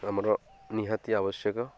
ଆମର ନିହାତି ଆବଶ୍ୟକ